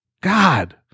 god